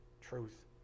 truth